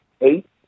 eight